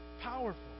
Powerful